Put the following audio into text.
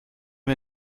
wir